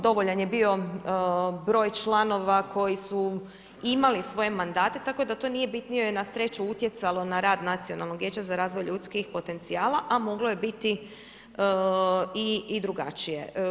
Dovoljan je bio broj članova koji su imali svoje mandate, tako da to nije bitnije na sreću utjecalo na rad Nacionalnog vijeća za razvoj ljudskih potencijala a moglo je biti i drugačije.